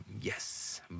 Yes